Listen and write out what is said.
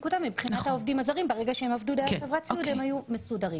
ומבחינת העובדים הזרים ברגע שהם עבדו דרך חברת סיעוד הם היו מסודרים.